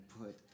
put